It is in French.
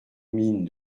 mine